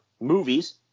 movies